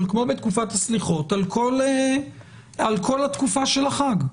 כמו בתקופת הסליחות על כל התקופה של החג?